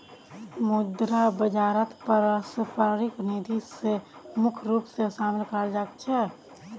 मुद्रा बाजारत पारस्परिक निधि स मुख्य रूप स शामिल कराल जा छेक